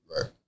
right